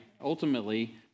Ultimately